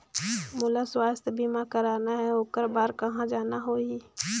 मोला स्वास्थ बीमा कराना हे ओकर बार कहा जाना होही?